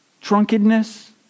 Drunkenness